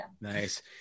Nice